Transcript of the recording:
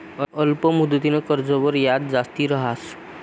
अल्प मुदतनं कर्जवर याज जास्ती रहास